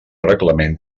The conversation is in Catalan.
reglament